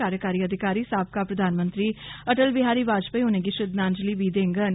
कार्यकारी अधिकारी साबका प्रधानमंत्री अटल बिहारी वाजपाई होरें बी श्रद्वांजलि बी देंडन